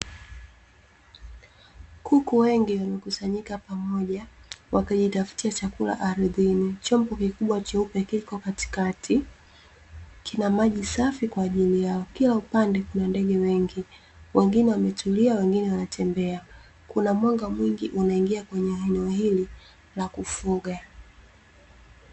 Kuku wengi wamekusanyika pamoja wakajitafutia chakula ardhini, chombo kikubwa cheupe kipo katikati, kina maji safi kwa ajili yao. Kila upande kuna ndege wengi wengine wametulia, wengine wa natembea. Kuna mwanga mwingi unaingia kwenya eneo hili la kufuga.